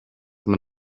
man